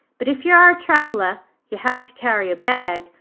but if you are a traveller you have to carry a bag,